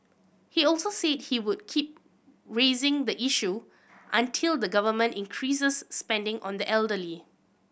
he also said he would keep raising the issue until the Government increased spending on the elderly